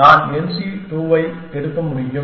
நான் NC2 எடுக்க முடியும்